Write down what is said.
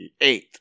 Eight